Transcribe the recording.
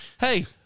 hey